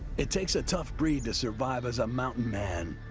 it takes a tough breed to survive as a mountain man,